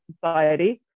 society